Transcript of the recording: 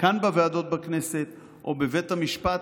כאן בוועדות בכנסת או בבית המשפט